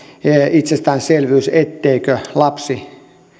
itsestäänselvyys etteikö lapsi